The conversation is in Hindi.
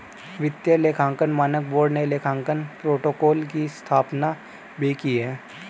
वित्तीय लेखांकन मानक बोर्ड ने लेखांकन प्रोटोकॉल की स्थापना भी की थी